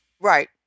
Right